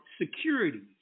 securities